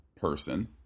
person